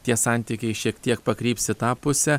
tie santykiai šiek tiek pakryps į tą pusę